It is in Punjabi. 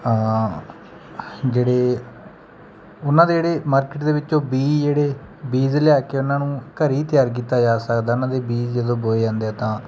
ਜਿਹੜੇ ਉਹਨਾਂ ਦੇ ਜਿਹੜੇ ਮਾਰਕੀਟ ਦੇ ਵਿੱਚੋਂ ਬੀਜ਼ ਜਿਹੜੇ ਬੀਜ਼ ਲਿਆ ਕੇ ਉਹਨਾਂ ਨੂੰ ਘਰ ਹੀ ਤਿਆਰ ਕੀਤਾ ਜਾ ਸਕਦਾ ਉਹਨਾਂ ਦੇ ਬੀਜ਼ ਜਦੋਂ ਬੋਏ ਜਾਂਦੇ ਆ ਤਾਂ